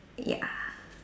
ya